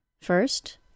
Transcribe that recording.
First